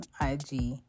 IG